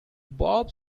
got